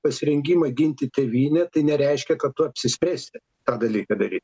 pasirengimą ginti tėvynę tai nereiškia kad tu apsispręsi tą dalyką daryt